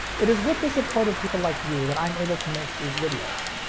it is with the support of people like you that i'm able to make these videos.